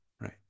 right